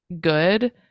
good